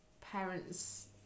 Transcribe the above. parents